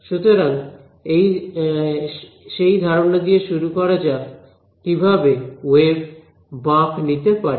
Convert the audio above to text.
সুতরাং সেই ধারণা দিয়ে শুরু করা যাক কিভাবে ওয়েভ বাঁক নিতে পারে